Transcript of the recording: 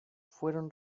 fueron